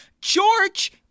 George